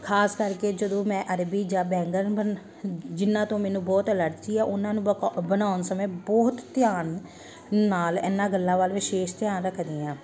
ਖ਼ਾਸ ਕਰਕੇ ਜਦੋਂ ਮੈਂ ਅਰਬੀ ਜਾਂ ਬੈਂਗਣ ਬਨ ਜਿਨ੍ਹਾਂ ਤੋਂ ਮੈਨੂੰ ਬਹੁਤ ਐਲਰਜੀ ਆ ਉਹਨਾਂ ਨੂੰ ਬਕਾ ਬਣਾਉਣ ਸਮੇਂ ਬਹੁਤ ਧਿਆਨ ਨਾਲ ਇਹਨਾਂ ਗੱਲਾਂ ਵੱਲ ਵਿਸ਼ੇਸ਼ ਧਿਆਨ ਰੱਖਦੀ ਹਾਂ